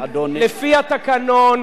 לפי התקנון,